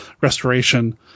restoration